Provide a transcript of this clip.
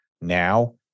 now